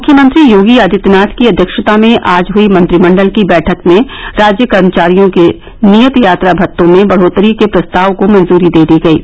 मुख्यमंत्री योगी आदित्यनाथ की अध्यक्षता में आज हुई मंत्रिमंडल की बैठक में राज्य कर्मचारियों के नियत यात्रा मेतों में बढ़ोत्तरी के प्रस्ताव को मंजूरी दे दी गयी